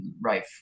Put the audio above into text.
right